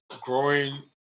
growing